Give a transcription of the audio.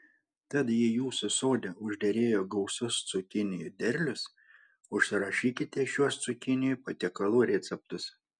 tad jei jūsų sode užderėjo gausus cukinijų derlius užsirašykite šiuos cukinijų patiekalų receptus